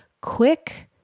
quick